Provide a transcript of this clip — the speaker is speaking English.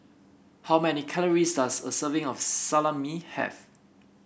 how many calories does a serving of Salami have